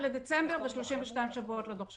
31 בדצמבר, ו-32 שבועות לדוח שלנו.